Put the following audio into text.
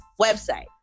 website